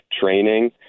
training